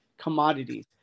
commodities